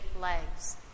legs